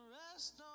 rest